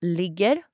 ligger